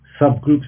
subgroups